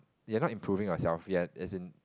you are not improving yourself ya as in